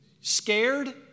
Scared